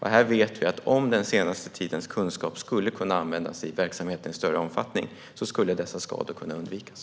Här vet vi att om den senaste tidens kunskap i större omfattning kunde användas i verksamheten skulle dessa skador kunna undvikas.